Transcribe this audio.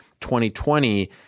2020